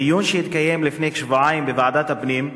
בדיון שהתקיים לפני כשבועיים בוועדת הפנים,